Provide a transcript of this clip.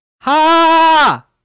Ha